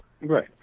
Right